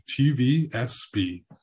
TVSB